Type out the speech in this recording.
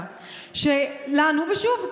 ושוב,